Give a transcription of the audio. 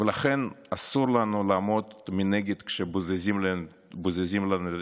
ולכן אסור לנו לעמוד מנגד כשבוזזים לנו את